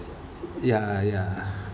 ya ya